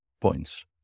points